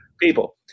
people